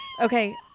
Okay